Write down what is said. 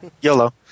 Yolo